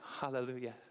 Hallelujah